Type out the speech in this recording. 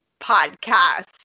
podcast